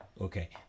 okay